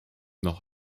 noch